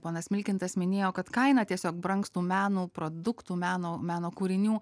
ponas milkintas minėjo kad kaina tiesiog brangs tų meno produktų meno meno kūrinių